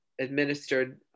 administered